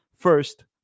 First